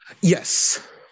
yes